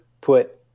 put